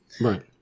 Right